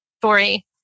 story